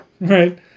right